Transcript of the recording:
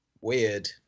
Weird